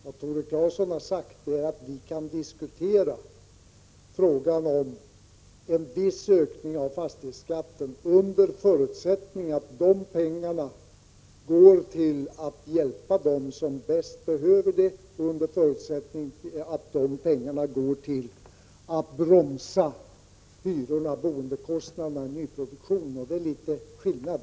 Vad Tore Claeson har sagt är att vi kan diskutera frågan om en viss ökning av fastighetsskatten under förutsättning att de pengarna används för att hjälpa dem som bäst behöver det och för att bromsa hyrorna och boendekostnaderna i nyproduktionen. Det är en viss skillnad.